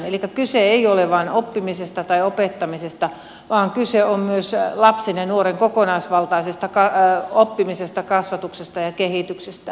elikkä kyse ei ole vain oppimisesta tai opettamisesta vaan kyse on myös lapsen ja nuoren kokonaisvaltaisesta oppimisesta kasvatuksesta ja kehityksestä